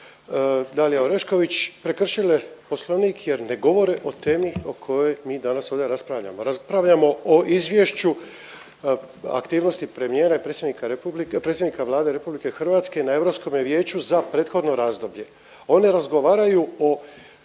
Dalija Orešković prekršile Poslovnik jer ne govore o temi o kojoj mi danas ovdje raspravljamo, raspravljamo o Izvješću, aktivnosti premijera i predsjednika republike, predsjednika Vlade RH na Europskome vijeću za prethodno razdoblje. One razgovaraju o